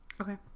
okay